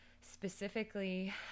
specifically